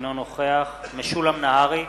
אינו נוכח משולם נהרי,